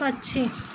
पक्षी